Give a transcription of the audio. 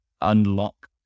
unlock